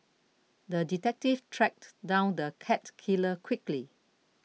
the detective tracked down the cat killer quickly